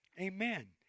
Amen